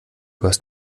hast